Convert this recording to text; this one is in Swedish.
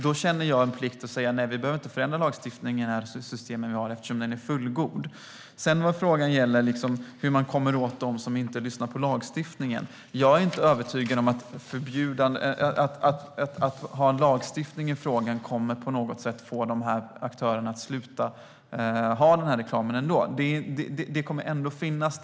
Då känner jag en plikt att säga att vi inte behöver förändra lagstiftningen eller systemen vi har eftersom de är fullgoda. Vad gäller frågan hur man kommer åt dem som inte lyssnar på lagstiftningen är jag inte övertygad om att lagstiftning i frågan på något sätt kommer att få de här aktörerna att sluta ha den här reklamen. Den kommer ändå att finnas.